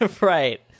Right